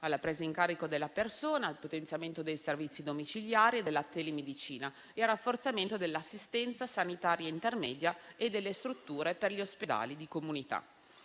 alla presa in carico della persona, al potenziamento dei servizi domiciliari e della telemedicina e al rafforzamento dell'assistenza sanitaria intermedia e delle strutture per gli ospedali di comunità.